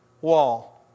wall